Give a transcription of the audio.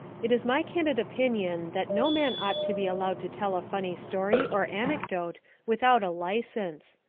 it is my candid opinion that no man ought to be allowed to tell a funny story or anecdote without a license.